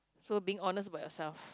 so being honest about yourself